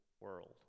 world